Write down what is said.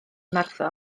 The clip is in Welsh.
martha